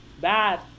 bad